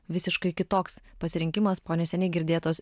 visiškai kitoks pasirinkimas po neseniai girdėtos